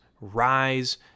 rise